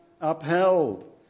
upheld